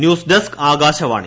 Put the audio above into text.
news desk Akashvani